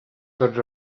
tots